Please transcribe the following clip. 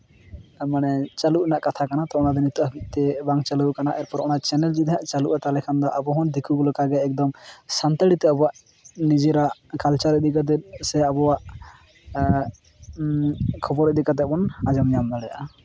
ᱢᱟᱱᱮ ᱪᱟ ᱞᱩᱜ ᱨᱮᱱᱟᱜ ᱠᱟᱛᱷᱟ ᱠᱟᱱᱟ ᱛᱚ ᱚᱱᱟ ᱫᱚ ᱱᱤᱛᱳᱜ ᱦᱟᱹᱵᱤᱡ ᱛᱮ ᱵᱟᱝ ᱪᱟᱞᱩᱣᱟᱠᱟᱱᱟ ᱮᱨᱯᱚᱨᱮ ᱚᱱᱟ ᱪᱮᱱᱮᱞ ᱡᱩᱫᱤ ᱪᱟᱞᱟᱜᱼᱟ ᱛᱟᱦᱚᱞᱮ ᱠᱷᱟᱱ ᱫᱚ ᱟᱵᱚ ᱦᱚᱸ ᱫᱤᱠᱩ ᱞᱮᱠᱟᱜᱮ ᱮᱠᱫᱚᱢ ᱥᱟᱱᱛᱟᱲᱤ ᱛᱮ ᱟᱵᱚᱣᱟᱜ ᱱᱤᱡᱮᱨᱟᱜ ᱠᱟᱞᱪᱟᱨ ᱤᱫᱤ ᱠᱟᱛᱮ ᱥᱮ ᱟᱵᱚᱣᱟᱜ ᱠᱷᱚᱵᱚᱨ ᱤᱫᱤ ᱠᱟᱛᱮ ᱵᱚᱱ ᱟᱡᱚᱢ ᱧᱟᱢ ᱫᱟᱲᱮᱭᱟᱜᱼᱟ